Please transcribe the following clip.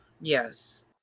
Yes